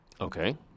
Okay